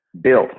built